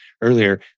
earlier